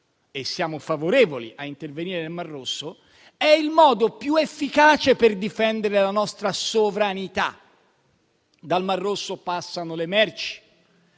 e siamo favorevoli a intervenire nel Mar Rosso è il modo più efficace per difendere la nostra sovranità. Dal Mar Rosso passano le merci